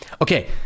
Okay